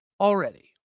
already